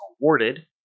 awarded